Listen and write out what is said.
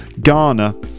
Ghana